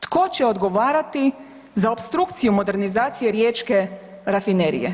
Tko će odgovarati za opstrukciju modernizacije riječke rafinerije?